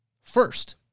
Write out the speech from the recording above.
first